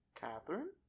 Catherine